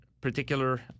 particular